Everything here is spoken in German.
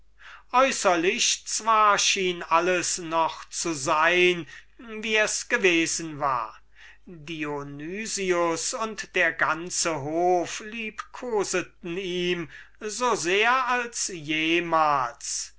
zwar schien alles noch zu sein wie es gewesen war dionys und der ganze hof liebkoseten ihm so sehr als jemals